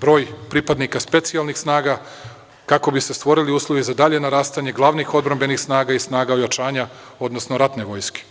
broj pripadnika specijalnih snaga, kako bi se stvorili uslovi za dalje narastanje glavnih odbrambenih snaga i snaga ojačanja, odnosno ratne vojske.